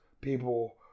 people